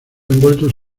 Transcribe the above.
vueltos